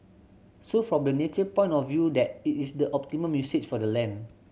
so from the nature point of view that it is the optimum usage for the land